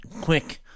quick